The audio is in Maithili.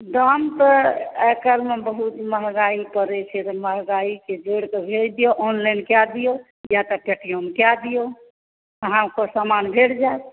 दाम तऽ आइकाल्हिमे बहुत महगाइ पड़ै छै महगाइके जोड़िकऽ भेज दिऔ ऑनलाइन कए दिऔ तऽ पेटीएम कए दिऔ अहाँकेॅं सामान भेट जायत